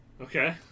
Okay